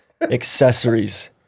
accessories